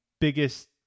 Biggest